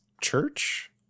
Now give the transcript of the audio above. church